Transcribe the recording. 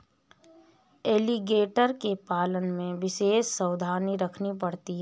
alligator के पालन में विशेष सावधानी रखनी पड़ती है